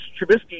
Trubisky